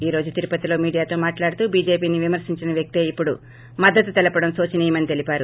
ఈ రోజు తిరుపతిలో మీడియాతో మాట్లాడుతూ బీజేపీని విమర్పించిన వ్యక్తే ఇప్పుడు మద్గతు తెలపడం శోచనీయమని తెలిపారు